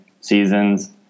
seasons